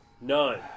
None